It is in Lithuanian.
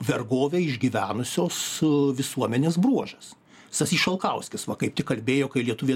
vergovę išgyvenusios visuomenės bruožas stasys šalkauskis va kaip tik kalbėjo kai lietuviai